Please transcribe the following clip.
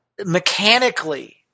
mechanically